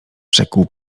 rzekł